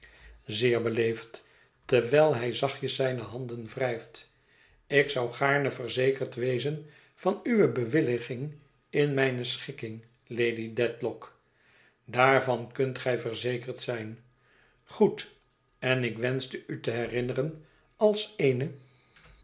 zeer beleefd terwijl hij zachtjes zijne handen wrijft ik zou gaarne verzekerd wezen van uwe bewilliging in mijne schikking lady dedlock daarvan kunt gij verzekerd zijn goed en ik wenschte u te herinneren als eene